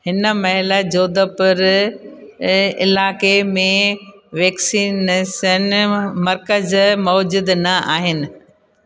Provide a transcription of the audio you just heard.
हिन महिल जोधपुर इलाइक़े में वैक्सनेसन मर्कज़ु मौजूदु न आहिनि